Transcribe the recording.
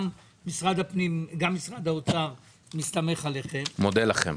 גם משרד האוצר מסתמך עליכם --- מודה לכם.